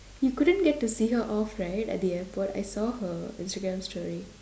you couldn't get to see her off right at the airport I saw her Instagram story